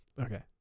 Okay